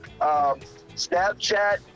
Snapchat